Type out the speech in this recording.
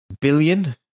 billion